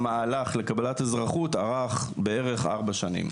המהלך לקבל אזרחות ארך בערך 4 שנים.